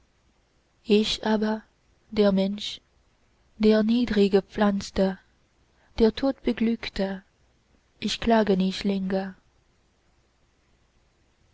ich aber der mensch der niedriggepflanzte der tod beglückte ich klage nicht